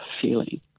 feeling